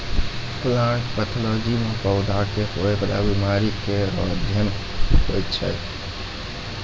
plant pathology म पौधा क होय वाला बीमारी केरो अध्ययन होय छै